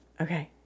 Okay